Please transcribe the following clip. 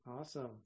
Awesome